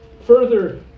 Further